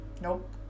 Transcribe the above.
Nope